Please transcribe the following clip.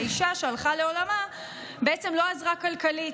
והאישה שהלכה לעולמה בעצם לא עזרה כלכלית.